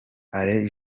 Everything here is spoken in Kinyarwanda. alain